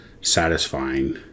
satisfying